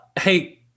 Hey